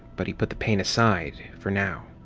but he put the pain aside for now.